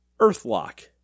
Earthlock